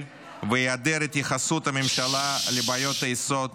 והיעדר התייחסות של הממשלה לבעיות היסוד